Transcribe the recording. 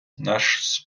наш